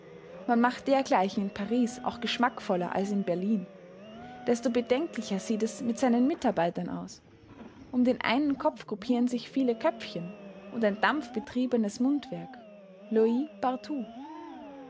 man macht dergleichen in paris auch geschmackvoller als in berlin desto bedenklicher sieht es mit seinen mitarbeitern aus um den einen kopf gruppieren sich viele köpfchen und ein dampfbetriebenes mundwerk louis